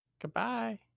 Goodbye